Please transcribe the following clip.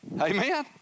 Amen